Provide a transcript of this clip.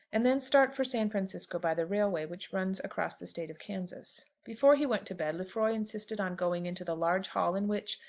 and then start for san francisco by the railway which runs across the state of kansas. before he went to bed lefroy insisted on going into the large hall in which,